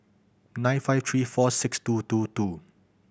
nine five three four six two two two